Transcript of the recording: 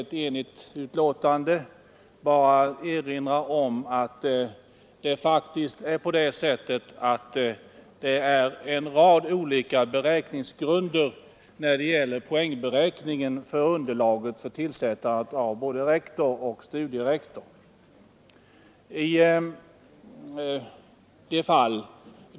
Jag vill i detta sammanhang — trots att utskottet varit enigt om betänkandet — erinra om att en rad olika beräkningsgrunder tillämpas när det gäller poängräkningen för underlaget för tillsättandet av både rektor och studierektor.